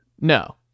no